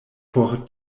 por